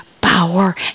power